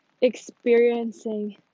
experiencing